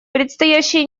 предстоящие